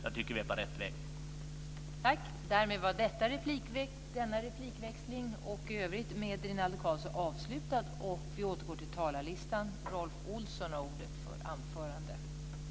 Jag tycker att vi är på rätt väg.